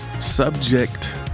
subject